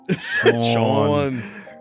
Sean